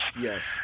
Yes